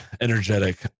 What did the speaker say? energetic